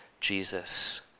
Jesus